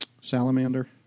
salamander